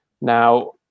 now